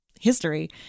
history